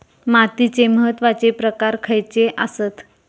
मातीचे महत्वाचे प्रकार खयचे आसत?